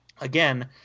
again